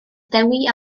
dewi